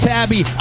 Tabby